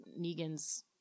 negan's